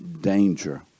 danger